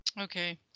Okay